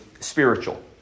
Spiritual